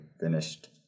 finished